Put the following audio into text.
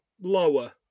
lower